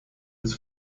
des